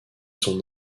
son